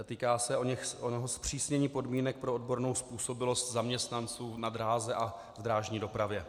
Týká se onoho zpřísnění podmínek pro odbornou způsobilost zaměstnanců na dráze a v drážní dopravě.